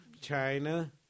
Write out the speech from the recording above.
China